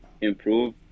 improve